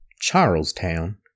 Charlestown